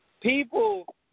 people